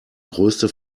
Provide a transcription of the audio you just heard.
größte